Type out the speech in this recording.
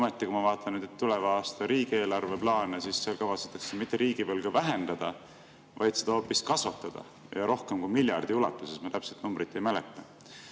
Ometi, kui ma vaatan tuleva aasta riigieelarve plaane, siis seal kavatsetakse mitte riigivõlga vähendada, vaid seda hoopis kasvatada rohkem kui miljardi ulatuses. Ma täpset numbrit ei mäleta.